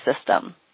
system